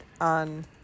on